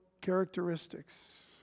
characteristics